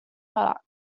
product